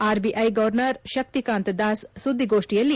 RBI governor Shaktikanta Das ಸುದ್ದಿಗೋಷ್ಠಿಯಲ್ಲಿ